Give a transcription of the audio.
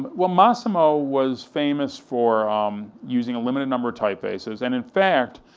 well massimo was famous for um using a limited number of typefaces, and in fact,